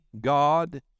God